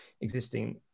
existing